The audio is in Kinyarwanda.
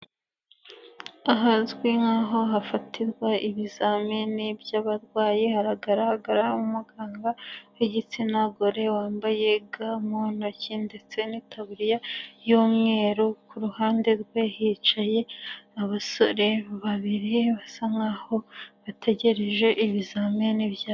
Ahazwi nk'aho hafatirwa ibizamini by'abarwayi, haragaragara umuganga w'igitsina gore wambaye ga mu ntoki ndetse n'itaburiya y'umweru, ku ruhande rwe hicaye abasore babiri basa nk'aho aho bategereje ibizamini.